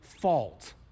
fault